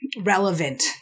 relevant